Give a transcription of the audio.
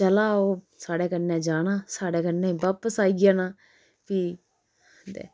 चला दा ओह् साढ़े कन्नै जाना साढ़े कन्नै बापस आई जाना फ्ही ते